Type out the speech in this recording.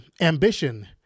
Ambition